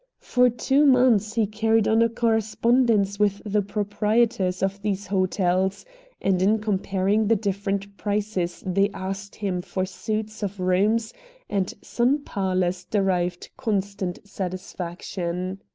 for two months he carried on a correspondence with the proprietors of these hotels and in comparing the different prices they asked him for suites of rooms and sun parlors derived constant satisfaction.